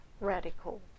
radical